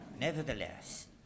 Nevertheless